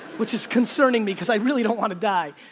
which is concerning me cause i really don't wanna die.